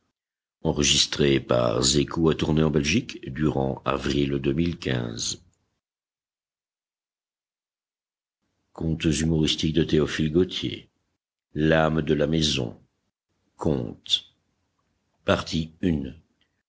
l'âme de la maison